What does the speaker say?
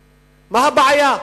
מה הבעיה?